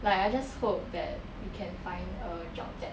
like I just hope that we can find a job that